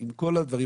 עם כל הדברים.